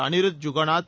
Anirudh Jugnauth